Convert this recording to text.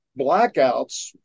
blackouts